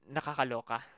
Nakakaloka